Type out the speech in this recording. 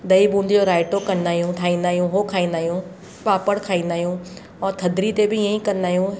ॾई बूंदी जो राइतो कंदा आहियूं ठाहींदा आहियूं हो खाईंदा आहियूं पापड़ खाईंदा आहियूं ऐं थधिड़ी ते बि ईअईं कंदा आहियूं